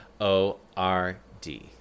O-R-D